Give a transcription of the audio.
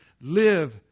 live